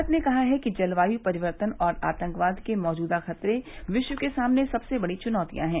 भारत ने कहा है कि जलवायू परिवर्तन और आतंकवाद के मौजूदा खतरे विश्व के सामने सबसे बड़ी चुनौतियां हैं